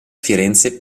firenze